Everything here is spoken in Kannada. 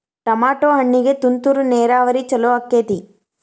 ಟಮಾಟೋ ಹಣ್ಣಿಗೆ ತುಂತುರು ನೇರಾವರಿ ಛಲೋ ಆಕ್ಕೆತಿ?